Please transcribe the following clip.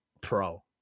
pro